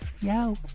Yo